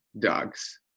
dogs